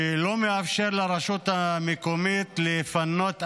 שלא מאפשר לרשות המקומית לפנות אשפה.